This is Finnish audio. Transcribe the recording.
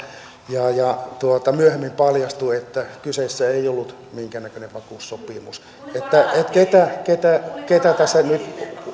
ja ja myöhemmin paljastui että kyseessä ei ollut minkäännäköinen vakuussopimus että ketä ketä tässä nyt